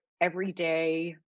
everyday